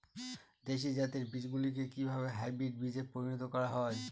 দেশি জাতের বীজগুলিকে কিভাবে হাইব্রিড বীজে পরিণত করা হয়?